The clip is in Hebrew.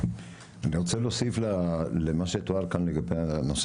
אני רוצה להוסיף למה שתואר כאן לגבי הנושא